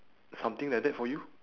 something like that for you